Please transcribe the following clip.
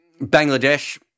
Bangladesh